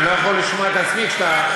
אני לא יכול לשמוע את עצמי כשאתה,